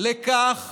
לכך